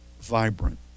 vibrant